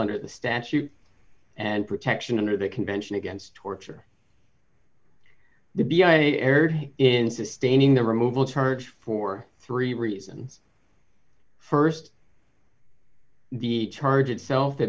under the statute and protection under the convention against torture the b s a erred in sustaining the removal charge for three reasons st the charge itself that